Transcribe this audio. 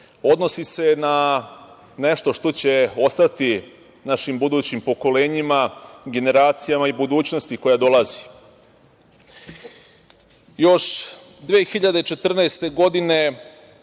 Odnosi se na nešto što će ostati našim budućim pokolenjima, generacijama i budućnosti koja dolazi. Još 2014. godine,